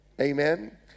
amen